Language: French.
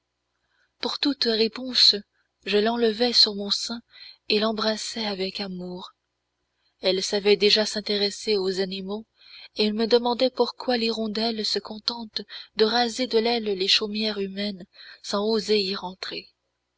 pour toute réponse je l'enlevais sur mon sein et l'embrassais avec amour elle savait déjà s'intéresser aux animaux et me demandait pourquoi l'hirondelle se contente de raser de l'aile les chaumières humaines sans oser y rentrer